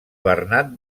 bernat